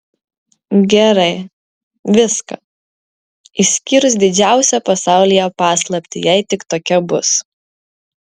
gerai viską išskyrus didžiausią pasaulyje paslaptį jei tik tokia bus